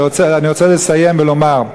אני רוצה לסיים ולומר: